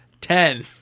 Ten